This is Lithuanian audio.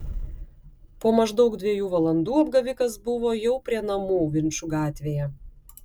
po maždaug dviejų valandų apgavikas buvo jau prie namų vinčų gatvėje